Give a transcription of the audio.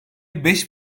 beş